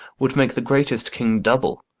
would make the great'st king double,